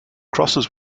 crosses